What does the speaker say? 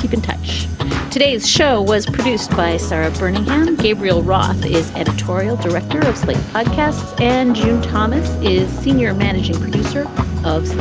keep in touch today's show was produced by sarah bernard. and gabriel roth is editorial director of slate outcasts and jim thomas is senior managing producer of